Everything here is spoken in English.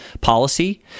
policy